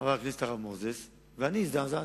חבר הכנסת הרב מוזס, ואני הזדעזעתי,